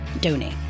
donate